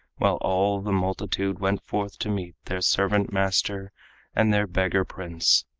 while all the multitude went forth to meet their servant-master and their beggar-prince.